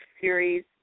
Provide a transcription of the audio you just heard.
series